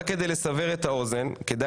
כשהוגשו רק מאות בודדות